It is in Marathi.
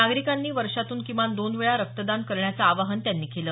नागरिकांनी वर्षातून किमान दोन वेळा रक्तदान करण्याचं आवाहन त्यांनी केलं